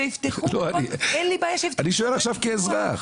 שיפתחו -- אני שואל עכשיו כאזרח.